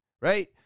right